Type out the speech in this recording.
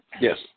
Yes